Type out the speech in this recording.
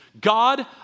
God